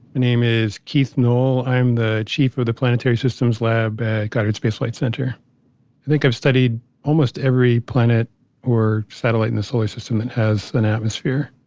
name is keith noll. i am the chief of the planetary systems lab at goddard space flight center. i think i've studied almost every planet or satellite in the solar system that and has an atmosphere